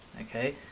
okay